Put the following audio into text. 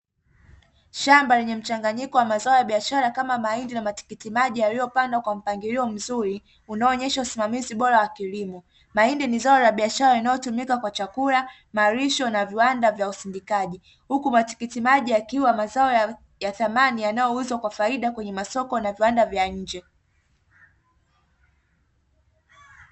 Shamba lenye mchanganyiko wa mazao ya biashara kama mahindi na matikiti maji yaliyopandwa kwa mpangilio mzuri unaoonyesha usimamizi bora wa kilimo, mahindi ni zao la biashara linalotumika kwa chakula malisho na viwanda vya usindikaji, huku matikiti maji yakiwa mazao ya thamani yanayouzwa kwa faida kwenye masoko na viwanda vya nje.